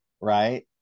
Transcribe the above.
right